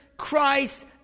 Christ